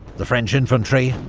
the french infantry,